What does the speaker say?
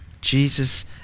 Jesus